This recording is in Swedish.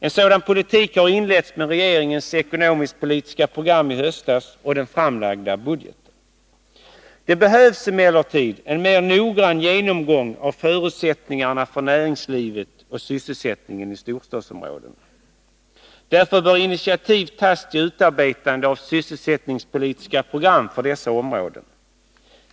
En sådan politik har inletts med regeringens ekonomisk-politiska program i höstas och den framlagda statsbudgeten. Det behövs emellertid en mer noggrann genomgång av förutsättningarna för näringslivet och sysselsättningen i storstadsområdena. Därför bör initiativ tas till utarbetandet av sysselsättningspolitiska program för dessa områden.